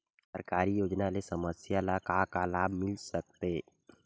सरकारी योजना ले समस्या ल का का लाभ मिल सकते?